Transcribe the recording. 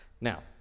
Now